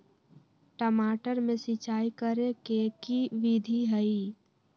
टमाटर में सिचाई करे के की विधि हई?